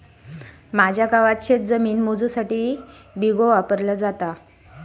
माझ्या गावात शेतजमीन मोजुसाठी बिघो वापरलो जाता